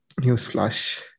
newsflash